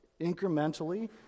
incrementally